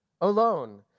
alone